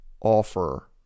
offer